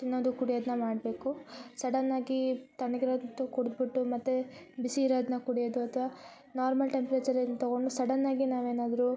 ತಿನ್ನೋದು ಕುಡಿಯೋದನ್ನ ಮಾಡಬೇಕು ಸಡನ್ ಆಗಿ ತಣ್ಣಗಿರೋದು ಕುಡ್ದ್ಬಿಟ್ಟು ಮತ್ತೆ ಬಿಸಿ ಇರೋದನ್ನ ಕುಡಿಯೋದು ಅಥ್ವಾ ನಾರ್ಮಲ್ ಟೆಂಪರೇಚರನ್ ತಗೊಂಡು ಸಡನ್ ಆಗಿ ನಾವೇನಾದ್ರೂ